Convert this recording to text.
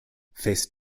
fest